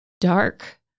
dark